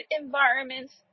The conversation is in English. environments